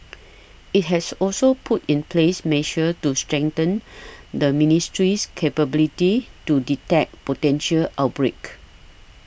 it has also put in place measures to strengthen the ministry's capability to detect potential outbreaks